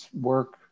work